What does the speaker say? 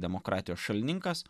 demokratijos šalininkas